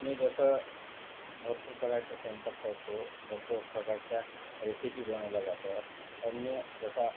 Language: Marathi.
मी जसं भरपूर प्रकारचा स्वयंपाक करतो भरपूर प्रकारच्या रेसिपी बनवल्या जातो पण मी जसा